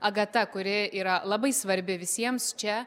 agata kuri yra labai svarbi visiems čia